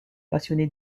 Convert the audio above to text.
passionné